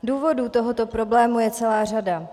Důvodů tohoto problému je celá řada.